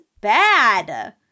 bad